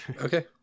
Okay